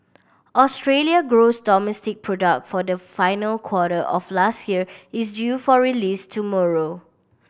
Australia gross domestic product for the final quarter of last year is due for release tomorrow